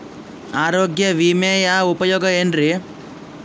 ಆರೋಗ್ಯ ವಿಮೆಯ ಉಪಯೋಗ ಏನ್ರೀ?